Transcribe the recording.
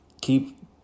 keep